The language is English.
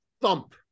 thump